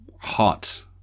hot